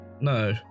no